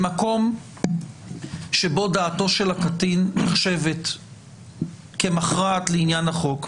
במקום שבו דעתו של הקטין נחשבת כמכרעת לעניין החוק,